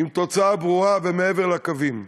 עם תוצאה ברורה ומעבר לקווים,